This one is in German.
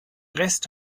rest